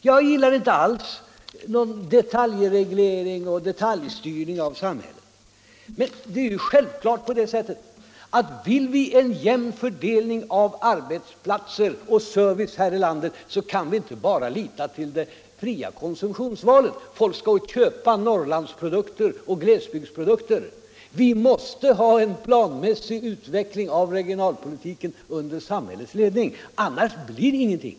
Jag gillar inte alls någon detaljreglering och detaljstyrning av samhället. Men det är självfallet så att vill vi ha en jämn fördelning av arbetsplatser och service här i landet så kan vi inte bara lita till det fria konsumtionsvalet, man skulle klara det genom att folk köpte Norrlandsprodukter och glesbygdsprodukter. Vi måste ha en planmässig utveckling av regionalpolitiken under samhällets ledning, annars blir det ingenting.